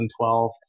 2012